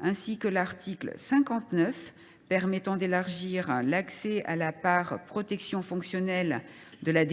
ainsi que l’article 59 permettant d’élargir l’accès à la part « protection fonctionnelle » de la